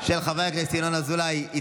הדיור הציבורי (זכויות רכישה) (תיקון,